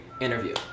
interview